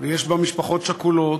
ויש בה משפחות שכולות,